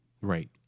Right